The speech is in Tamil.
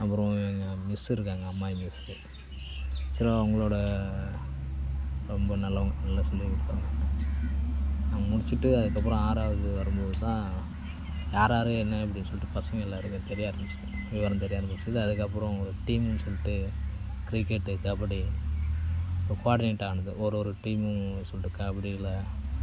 அப்புறம் எங்கள் மிஸ் இருக்காங்க அம்மாயி மிஸ் சரி அவங்களோட ரொம்ப நல்லவங்க நல்லா சொல்லிக் கொடுத்தாங்க நான் முடிச்சுட்டு அதுக்கு அப்புறம் ஆறாவது வரும் போதுதான் யாராரு என்ன அப்படின்னு சொல்லிட்டு பசங்கள் எல்லாருமே தெரிய ஆரம்மிச்சுது விவரம் தெரிய ஆரம்மிச்சுது அதுக்கு அப்புறம் டீம் சொல்லிட்டு கிரிக்கெட் கபடி ஸோ கோஆடினேட் ஆனது ஒரு ஒரு டீம் சொல்லிட்டு கபடியில் குவார்டினேட் ஆனது